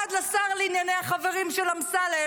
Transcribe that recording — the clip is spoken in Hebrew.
ועד לשר לענייני החברים של אמסלם,